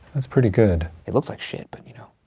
that's pretty good. it looks like shit, but you know.